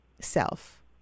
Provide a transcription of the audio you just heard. self